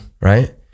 right